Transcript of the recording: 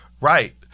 right